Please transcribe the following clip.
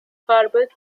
carbon